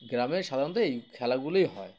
গ্রামে সাধারণত এই খেলাগুলোই হয়